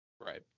Right